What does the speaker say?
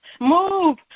Move